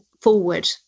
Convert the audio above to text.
forward